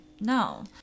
No